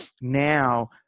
now